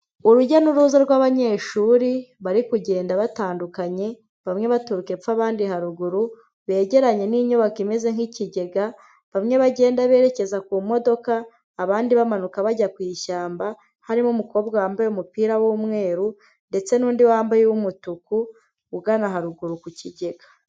Urujya n'uruza rw'abanyeshuri bari kugenda batandukanye, bamwe baturuka epfo abandi haruguru, begeranye n'inyubako imeze nk'ikigega, bamwe bagenda berekeza ku modoka, abandi bamanuka bajya ku ishyamba, harimo umukobwa wambaye umupira w'umweru ndetse n'undi wambaye uw'umutuku ugana haruguru ku kigega.